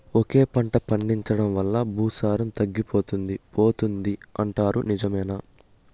ఒకే పంట పండించడం వల్ల భూసారం తగ్గిపోతుంది పోతుంది అంటారు నిజమేనా